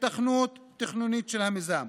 היתכנות תכנונית של המיזם.